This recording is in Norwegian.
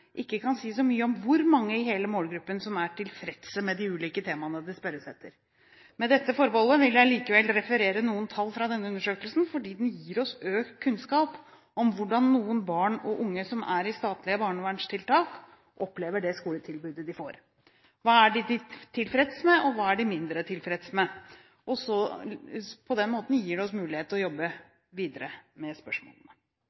ikke kan si så mye om hvor mange i hele målgruppen som er tilfreds med de ulike temaene det spørres etter. Med dette forbeholdet vil jeg likevel referere noen tall fra denne undersøkelsen, fordi den gir oss økt kunnskap om hvordan noen barn og unge som er i statlige barnevernstiltak, opplever det skoletilbudet de får – hva de er tilfreds med, og hva de er mindre tilfreds med. Det gir oss mulighet til å